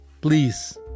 please